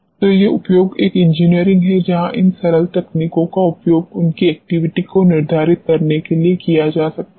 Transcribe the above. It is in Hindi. तो ये उपयोग एक इंजीनियरिंग हैं जहां इन सरल तकनीकों का उपयोग उनकी एक्टिविटी को निर्धारित करने के लिए किया जा सकता है